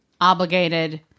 obligated